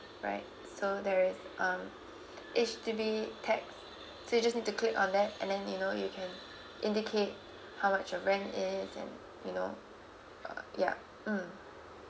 right so there is um H_D_B tax so you just need to click on that and then you know you can indicate how much your rent is and you know uh ya mm